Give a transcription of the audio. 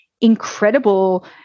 incredible